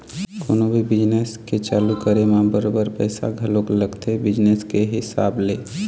कोनो भी बिजनेस के चालू करे म बरोबर पइसा घलोक लगथे बिजनेस के हिसाब ले